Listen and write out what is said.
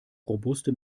robuste